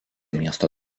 miesto